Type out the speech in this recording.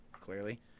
clearly